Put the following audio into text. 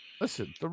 listen